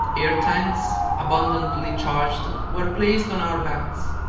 air tanks, abundantly charged, were placed on our backs,